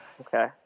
Okay